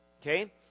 Okay